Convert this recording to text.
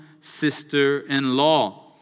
sister-in-law